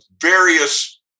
various